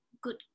Good